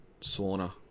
Sauna